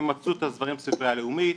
הם מצאו את הדברים בספרייה הלאומית,